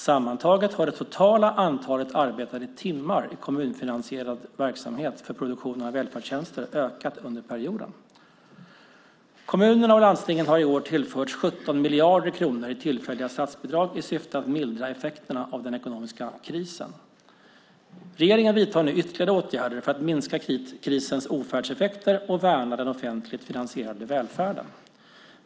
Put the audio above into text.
Sammantaget har det totala antalet arbetade timmar i kommunfinansierad verksamhet för produktion av välfärdstjänster ökat under perioden. Kommunerna och landstingen har i år tillförts 17 miljarder kronor i tillfälliga statsbidrag i syfte att mildra effekterna av den ekonomiska krisen. Regeringen vidtar nu ytterligare åtgärder för att minska krisens ofärdseffekter och värna den offentligt finansierade välfärden.